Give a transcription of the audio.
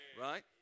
right